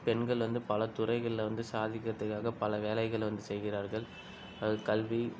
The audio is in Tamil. பெண்கள் வந்து பல துறைகளில் வந்து சாதிக்கிறதுக்காக பல வேலைகளை வந்து செய்கிறார்கள் அது கல்வி